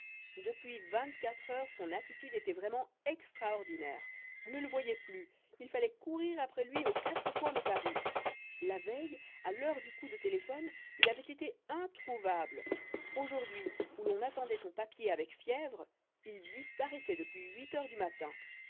depuis vingt-quatre heures son attitude était vraiment extraordinaire on ne le voyait plus il fallait courir après lui aux quatre coins de paris la veille à l'heure du coup de téléphone il avait été introuvable aujourd'hui où l'on attendait son papier avec fièvre il disparaissait depuis huit heures du matin